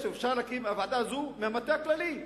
אפשר להקים את הוועדה הזאת במטה הכללי,